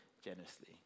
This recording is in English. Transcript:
generously